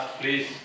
please